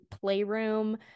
playroom